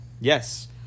yes